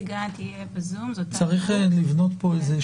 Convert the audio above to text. הכניסה לישראל בלי הבחנה אם באת דרך